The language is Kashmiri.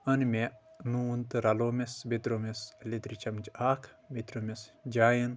أنۍ مےٚ نون تہٕ رلومس تہٕ بییٚہِ تروومَس لیٚدرِ چمچہٕ اکھ بییٚہِ تروومَس جایین